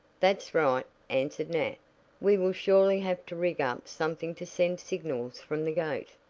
that's right, answered nat we will surely have to rig up something to send signals from the gate.